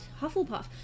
Hufflepuff